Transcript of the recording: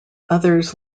others